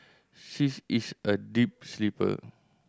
she's is a deep sleeper